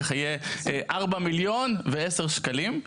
יהיה 4 מיליון ועשרה שקלים,